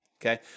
okay